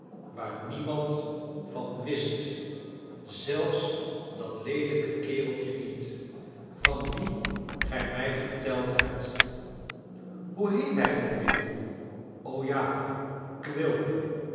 waar niemand van wist zelfs dat leelijke kereltje niet van wien gij mij verteld hebt hoe heet hij ook weer o ja quilp